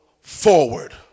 forward